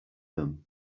them